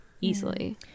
easily